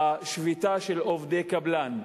השביתה של עובדי קבלן.